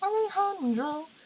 Alejandro